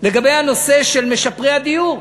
הנושא של משפרי הדיור.